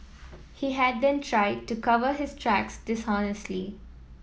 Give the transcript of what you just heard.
he had then tried to cover his tracks dishonestly